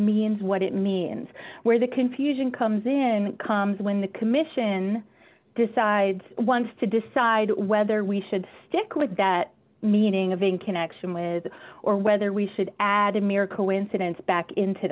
means what it means where the confusion comes in comes when the commission decides once to decide whether we should stick with that meaning of in connection with or whether we should add a mere coincidence back into